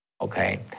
okay